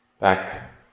Back